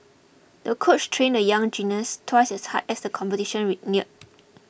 the coach trained the young gymnast twice as hard as the competition ray neared